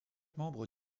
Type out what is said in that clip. membre